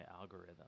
algorithm